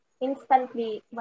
instantly